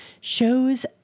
shows